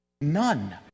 None